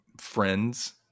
Friends